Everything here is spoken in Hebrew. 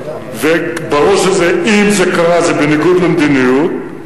וברור שאם זה קרה זה בניגוד למדיניות,